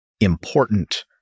important